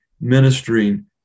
ministering